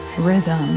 rhythm